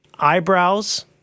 eyebrows